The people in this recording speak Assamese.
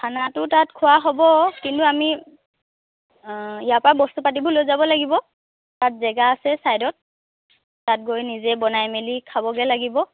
খানাটো তাত খোৱা হ'ব কিন্তু আমি ইয়াৰ পৰাই বস্তু পাতিবোৰ লৈ যাব লাগিব তাত জেগা আছে চাইদত তাত গৈ নিজে বনাই মেলি খাবগৈ লাগিব